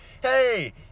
hey